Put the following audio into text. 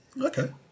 Okay